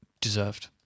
deserved